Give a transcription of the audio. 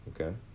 Okay